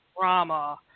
drama